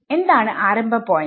എന്താണ് ആരംഭ പോയിന്റ്